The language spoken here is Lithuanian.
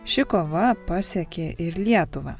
ši kova pasiekė ir lietuvą